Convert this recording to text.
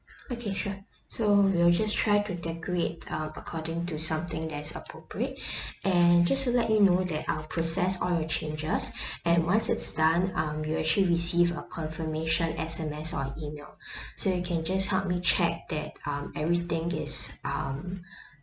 okay sure so we will just try to decorate uh according to something that is appropriate and just to let you know that I'll process all your changes and once it's done um you'll actually receive a confirmation S_M_S or email so you can just help me check that um everything is um